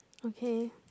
okay